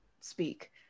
speak